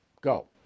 Go